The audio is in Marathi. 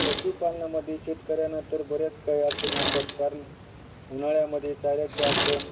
पशुपालनामध्ये शेतकऱ्यांना तर बऱ्याच काही अडचणी असतात कारण उन्हाळ्यामध्ये चाऱ्याची अडचण